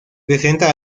presenta